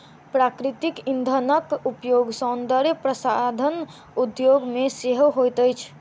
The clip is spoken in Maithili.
प्राकृतिक इंधनक उपयोग सौंदर्य प्रसाधन उद्योग मे सेहो होइत अछि